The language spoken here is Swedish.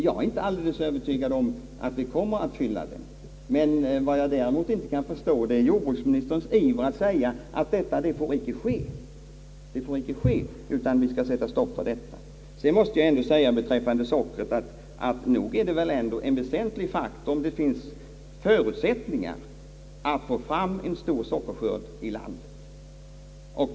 Jag är inte alldeles övertygad om att vi kommer att fylla den, men vad jag däremot inte kan förstå är jordbruksministerns iver att säga att detta inte får ske utan vi skall sätta stopp för det. Beträffande sockret vill jag säga att det väl ändå är en väsentlig faktor att kunna få fram en stor sockerskörd och att det i landet finns förutsättningar härför.